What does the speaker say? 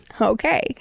Okay